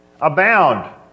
abound